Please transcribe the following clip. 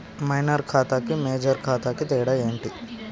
Minor ఖాతా కి major ఖాతా కి తేడా ఏంటి?